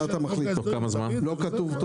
לא כתוב.